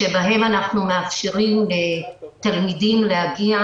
שבהם אנחנו מאפשרים לתלמידים להגיע,